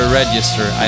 register